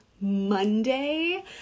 Monday